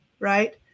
Right